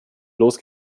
los